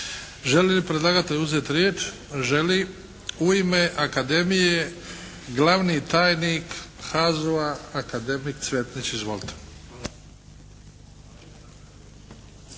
Želi li predlagatelj uzeti riječ? Želi. U ime Akademije glavni tajnik HAZU-a akademik Cvetnić. Izvolite.